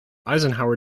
eisenhower